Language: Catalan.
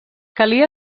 calia